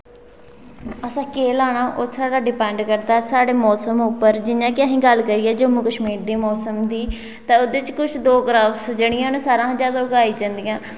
असें केह् लाना ओह् साढ़ा डिपेंड करदा साढ़े मौसम उप्पर जि'यां कि अहीं गल्ल करिये जम्मू कश्मीर दे मौसम दी ते ओह्दे च कुछ दो क्रॉप्स जेह्ड़ियां न सारें शा जादा उगाई जंदियां